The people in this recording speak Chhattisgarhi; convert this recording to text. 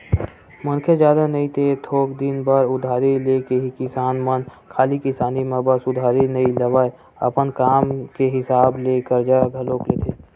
मनखे जादा नई ते थोक दिन बर उधारी लेथे ही किसान मन खाली किसानी म बस उधारी नइ लेवय, अपन काम के हिसाब ले करजा घलोक लेथे